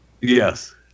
Yes